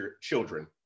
children